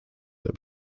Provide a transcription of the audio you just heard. der